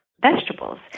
vegetables